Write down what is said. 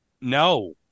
No